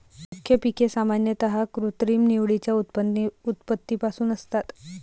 मुख्य पिके सामान्यतः कृत्रिम निवडीच्या उत्पत्तीपासून असतात